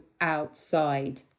outside